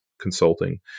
consulting